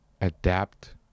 adapt